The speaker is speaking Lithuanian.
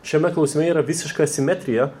šiame klausime yra visiška asimetrija